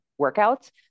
workouts